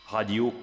Radio